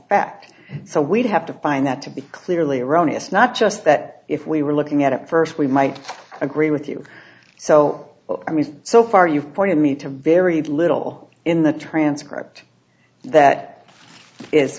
ct so we'd have to find that to be clearly erroneous not just that if we were looking at it first we might agree with you so i mean so far you've pointed me to very little in the transcript that is